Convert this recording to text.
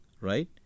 right